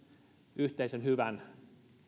yhteisen hyvän